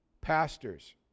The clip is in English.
pastors